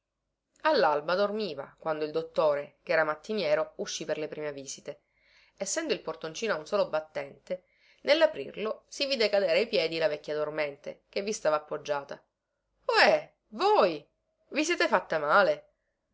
allalba dormiva quando il dottore chera mattiniero uscì per le prime visite essendo il portoncino a un solo battente nellaprirlo si vide cadere ai piedi la vecchia dormente che vi stava appoggiata hé oi i siete fatta male